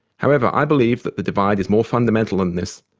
however, i believe that the divide is more fundamental than this,